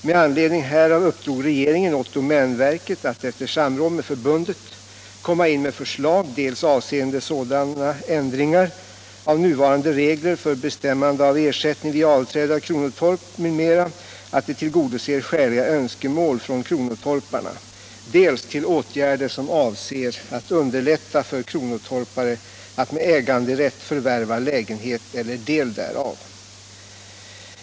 Med anledning härav uppdrog regeringen åt domänverket att — efter samråd med förbundet — komma in med förslag dels avseende sådana ändringar av nuvarande regler för bestämmande av ersättning vid avträde av kronotorp m.m. att de tillgodoser skäliga önskemål från kronotorparna, dels till åtgärder som avser att underlätta för kronotorpare att med äganderätt förvärva lägenhet eller del därav.